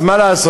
אז מה לעשות?